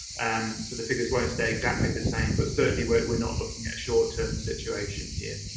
and so the figures won't stay exactly the same. but certainly we're not looking at short-term situations here.